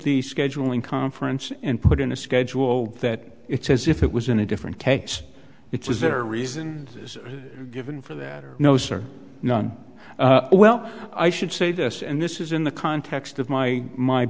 the scheduling conference and put in a schedule that it's as if it was in a different case it was there are reason given for that or no sir well i should say this and this is in the context of my my